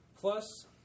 plus